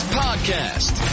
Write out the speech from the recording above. podcast